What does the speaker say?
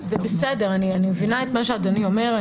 זה בסדר, אני מבינה את מה שאדוני אומר.